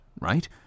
right